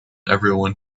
everyone